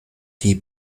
die